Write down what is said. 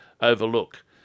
overlook